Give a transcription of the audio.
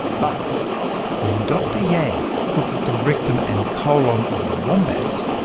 but when dr yang looked at the rectum and colon of the wombats,